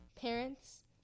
parents